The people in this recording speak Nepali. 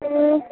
ए